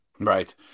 Right